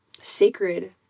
sacred